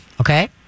Okay